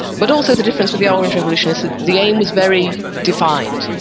but also the difference with the orange revolution is that the aim was very defined.